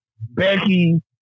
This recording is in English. Becky